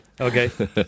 Okay